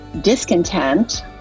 discontent